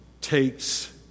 takes